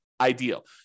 ideal